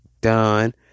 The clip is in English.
done